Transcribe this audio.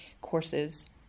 courses